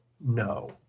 no